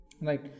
Right